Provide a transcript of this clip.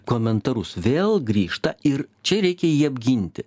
komentarus vėl grįžta ir čia reikia jį apginti